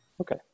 Okay